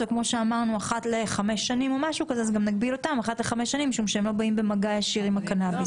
בדיקת מסוכנות אחת לחמש שנים בגלל שהם לא באים במגע ישיר עם הקנאביס.